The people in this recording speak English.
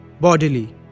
bodily